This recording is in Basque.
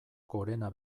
gorena